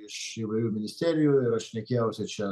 iš įvairių ministerijų ir aš šnekėjausi čia